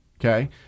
okay